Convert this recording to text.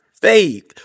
faith